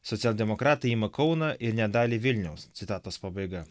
socialdemokratai ima kauną ir net dalį vilniaus citatos pabaiga